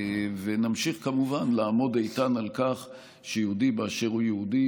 ונמשיך כמובן לעמוד איתן על כך שיהודי באשר הוא יהודי